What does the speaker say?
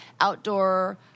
outdoor